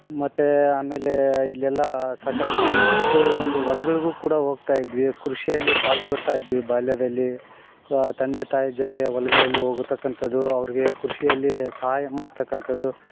ಮತ್ತು ಆಮೇಲೆ ಇಲ್ಲಿ ಎಲ್ಲ ಸಾಕಷ್ಟು ಒಂದು ಹೊಲಗಳಿಗೂ ಕೂಡ ಹೋಗ್ತಾ ಇದ್ವಿ ಕೃಷಿಯಲ್ಲಿ ಪಾಲ್ಗೊಳ್ತಾಯಿದ್ವಿ ಬಾಲ್ಯದಲ್ಲಿ ತಂದೆ ತಾಯಿ ಜೊತೆ ಹೊಲ್ಗಳಲ್ಲಿ ಹೋಗುತಾಕಾಂಥದು ಅವ್ರ್ಗೆ ಕೃಷಿಯಲ್ಲಿ ಸಹಾಯ ಮಾಡ್ತಕ್ಕಂಥದ್ದು